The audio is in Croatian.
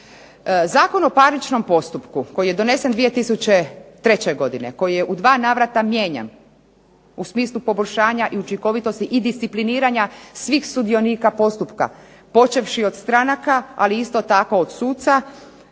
Zakon o parničnom postupku koji je donesen 2003. godine, koji je u dva navrata mijenjan u smislu učinkovitosti i discipliniranja svih sudionika postupka, počevši od stranaka ali isto tako od suca,